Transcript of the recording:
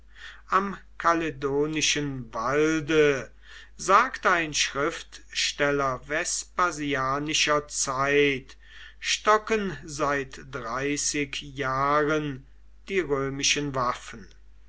am kaledonischen walde sagt ein schriftsteller vespasianischer zeit stocken seit dreißig jahren die römischen waffen